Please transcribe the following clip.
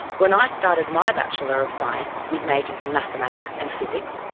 when i started my bachelor of science, with majors in mathematics and physics,